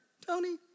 Tony